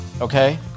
Okay